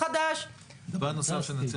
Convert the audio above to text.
היום בהכשר הקיים של הרבנות כתוב שמוצר מסוים